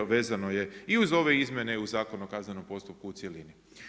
Vezano je i uz ove izmjene i uz Zakon o kaznenom postupku u cjelini.